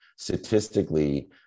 statistically